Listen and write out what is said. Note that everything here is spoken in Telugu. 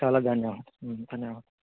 చాలా ధన్యవాదాలు ధన్యవాదాలు